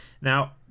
Now